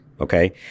okay